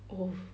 oh